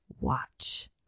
watch